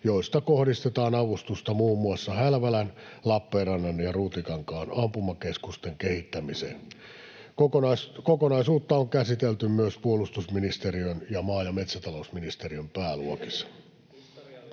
joista kohdistetaan avustusta muun muassa Hälvälän, Lappeenrannan ja Ruutikankaan ampumakeskusten kehittämiseen. Kokonaisuutta on käsitelty myös puolustusministeriön ja maa- ja metsätalousministeriön pääluokissa.